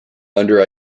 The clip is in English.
under